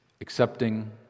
Accepting